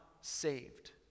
saved